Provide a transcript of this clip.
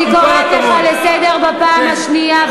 אני קוראת לך לסדר בפעם השנייה.